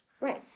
Right